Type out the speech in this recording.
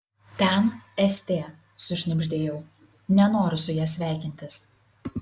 ten st sušnibždėjau nenoriu su ja sveikintis